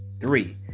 Three